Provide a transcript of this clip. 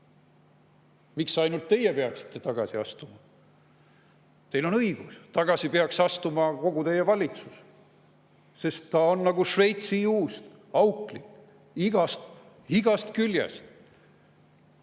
Miks ainult teie peaksite tagasi astuma? Teil on õigus, tagasi peaks astuma kogu teie valitsus, sest see on nagu Šveitsi juust – igast küljest